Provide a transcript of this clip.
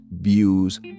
views